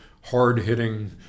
hard-hitting